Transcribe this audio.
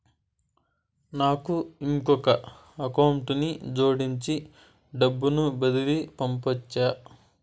నాకు ఇంకొక అకౌంట్ ని జోడించి డబ్బును బదిలీ పంపొచ్చా?